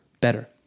better